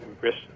risk